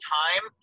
time